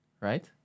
Right